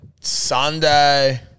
Sunday